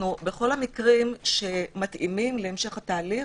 -- בכל המקרים שמתאימים להמשך התהליך